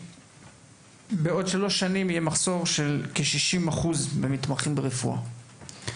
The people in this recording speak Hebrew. בעוד שלוש שנים יהיה מחסור של כ-60% במתמחים ברפואה.